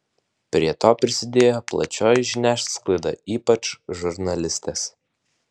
prie to prisidėjo plačioji žiniasklaida ypač žurnalistės